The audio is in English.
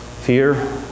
Fear